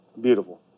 Beautiful